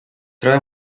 troba